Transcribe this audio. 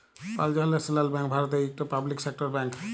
Punjab national bank ভারতের ইকট public sector bank